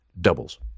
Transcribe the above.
doubles